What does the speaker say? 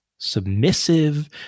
Submissive